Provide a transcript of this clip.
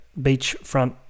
beachfront